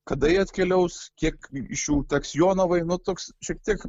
kada jie atkeliaus kiek iš jų teks jonavai nu toks šiek tiek